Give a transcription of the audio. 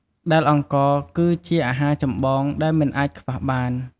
ដែលអង្ករ គឺជាអាហារចម្បងដែលមិនអាចខ្វះបាន។